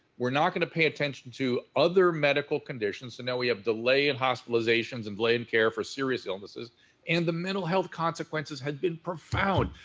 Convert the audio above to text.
we're not gonna pay attention to other medical conditions. so now, we have delay in hospitalizations and delay in care for serious illnesses and the mental health consequences had been profound.